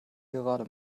gerade